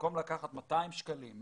במקום לקחת 200 שקלים,